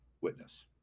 witness